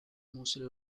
mostly